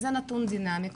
זה נתון דינמי,